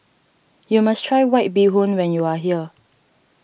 you must try White Bee Hoon when you are here